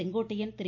Sengottaiyan Thiru